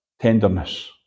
tenderness